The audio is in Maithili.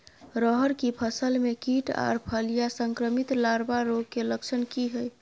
रहर की फसल मे कीट आर फलियां संक्रमित लार्वा रोग के लक्षण की हय?